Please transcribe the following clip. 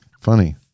Funny